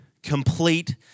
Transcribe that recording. complete